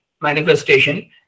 manifestation